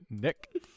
Nick